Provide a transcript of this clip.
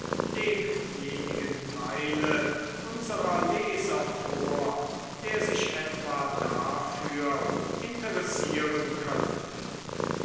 demjenigen teile unsrer leser vor der sich etwa dafür interessieren könnte